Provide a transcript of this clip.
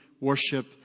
worship